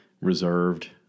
reserved